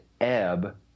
ebb